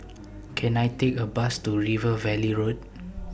Can I Take A Bus to River Valley Road